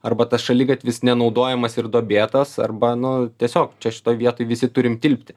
arba tas šaligatvis nenaudojamas ir duobėtos arba nu tiesiog čia šitoj vietoj visi turim tilpti